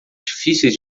difíceis